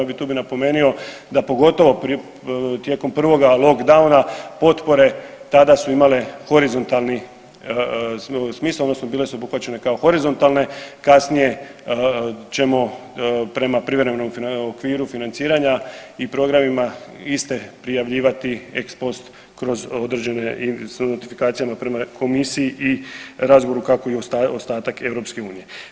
Tu bi napomenio da pogotovo tijekom prvoga lockdowna potpore tada su imale horizontalni smisao odnosno bile su obuhvaćene kao horizontalne, kasnije ćemo prema privremenom okviru financiranja i programima iste prijavljivati ex post kroz određene i notifikacije prema komisiji i razgovoru kako i ostatak EU.